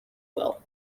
will